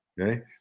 okay